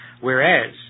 Whereas